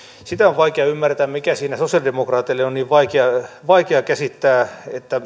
sitä on vaikea ymmärtää mikä siinä sosialidemokraateille on niin vaikea vaikea käsittää